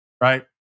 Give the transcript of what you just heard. right